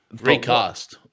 recast